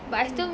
hmm